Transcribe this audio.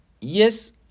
yes